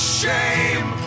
shame